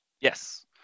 Yes